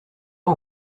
pas